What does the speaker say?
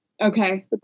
Okay